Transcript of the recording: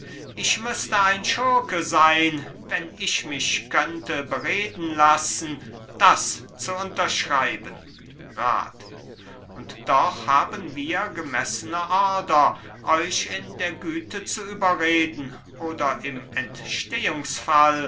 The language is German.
ich müßte ein schurke sein wenn ich mich könnte bereden lassen das zu unterschreiben rat und doch haben wir gemessene ordre euch in der güte zu überreden oder im